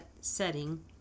setting